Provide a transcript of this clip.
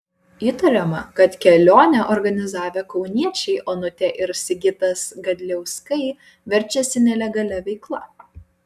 įtariama kad kelionę organizavę kauniečiai onutė ir sigitas gadliauskai verčiasi nelegalia veikla